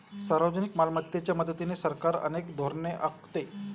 सार्वजनिक मालमत्तेच्या मदतीने सरकार अनेक धोरणे आखते